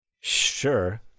Sure